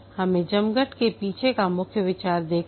हमने जमघट के पीछे का मुख्य विचार देखा है